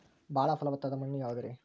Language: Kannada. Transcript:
ಬಾಳ ಫಲವತ್ತಾದ ಮಣ್ಣು ಯಾವುದರಿ?